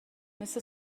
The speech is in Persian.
مثل